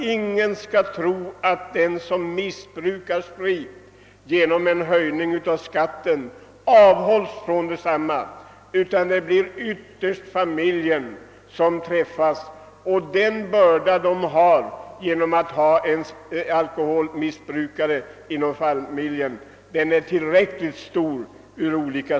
Ingen skall tro att den som missbrukar sprit avhålles från spritmissbruk enbart genom en höjning av skatten. Ytterst blir det familjen som drabbas. Och den börda familjen får bära redan genom att ha en alkoholmissbrukare är tillräckligt stor.